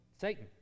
Satan